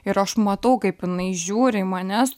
ir aš matau kaip jinai žiūri į mane su